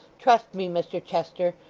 trust me, mr chester,